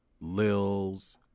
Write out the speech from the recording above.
Lil's